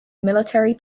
military